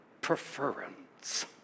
preference